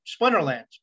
Splinterlands